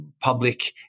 public